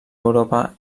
europa